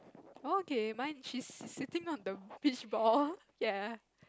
okay mine she's sitting on the beach ball ya